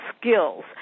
skills